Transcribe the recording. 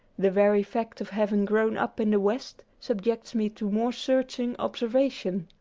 the very fact of having grown up in the west, subjects me to more searching observation.